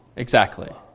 exactly.